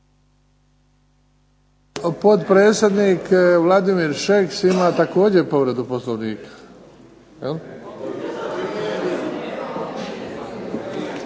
potpredsjednik Vladimir Šeks ima također povredu Poslovnika.